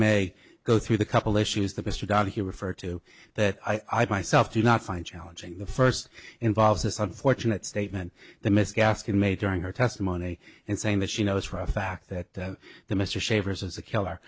may go through the couple issues that mr donohue referred to that i'd myself do not find challenging the first involves this unfortunate statement that miss gaskin made during her testimony in saying that she knows for a fact that the mr shavers is a killer